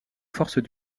forces